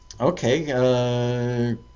Okay